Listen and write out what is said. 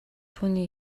хүний